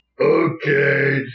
Okay